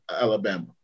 Alabama